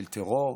של טרור.